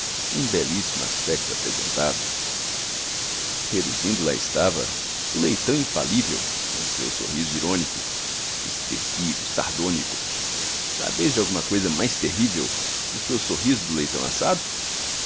um belíssimo aspecto apresentava reluzindo lá estava o leitão infalível com o seu sorriso irônico expressivo sardônico sabeis de alguma coisa mais terrível do que o sorriso do leitão assado